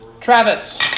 Travis